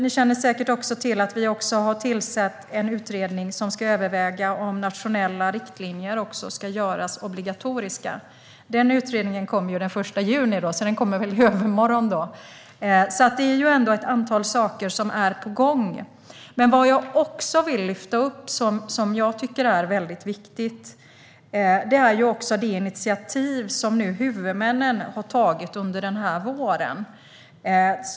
Ni känner säkert också till att vi har tillsatt en utredning som ska överväga om nationella riktlinjer ska göras obligatoriska. Den utredningen kommer den 1 juni, så den kommer väl i övermorgon. Det är ett antal saker som är på gång. Jag vill också lyfta upp något som jag tycker är väldigt viktigt. Det är det initiativ som huvudmännen nu har tagit under våren.